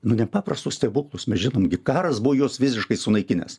nepaprastus stebuklus mes žinom gi karas buvo juos visiškai sunaikinęs